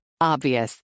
Obvious